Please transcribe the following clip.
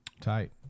Tight